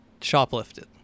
Shoplifted